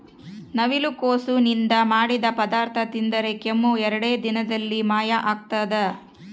ನವಿಲುಕೋಸು ನಿಂದ ಮಾಡಿದ ಪದಾರ್ಥ ತಿಂದರೆ ಕೆಮ್ಮು ಎರಡೇ ದಿನದಲ್ಲಿ ಮಾಯ ಆಗ್ತದ